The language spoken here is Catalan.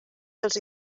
dels